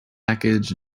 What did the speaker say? package